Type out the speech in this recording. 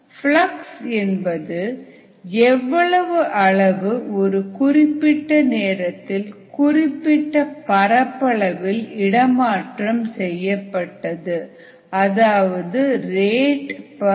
flux என்பது எவ்வளவு அளவு ஒரு குறிப்பிட்ட நேரத்தில் குறிப்பிட்ட பரப்பளவில் இடமாற்றம் செய்யப்பட்டது அதாவது ரேட் ஏரியா ratearea